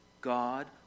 God